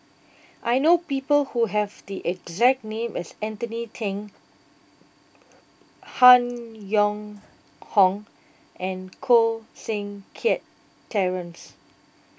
I know people who have the exact name as Anthony then Han Yong Hong and Koh Seng Kiat Terence